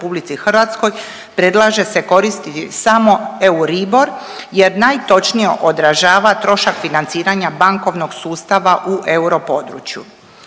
u RH predlaže se koristiti EURIBOR jer najtočnije održava trošak financiranja bankovnog sustava u europodručju.